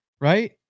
Right